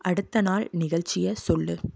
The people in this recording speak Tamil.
அடுத்த நாள் நிகழ்ச்சியை சொல்லு